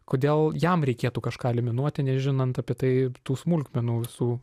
kodėl jam reikėtų kažką eliminuoti nežinant apie tai tų smulkmenų visų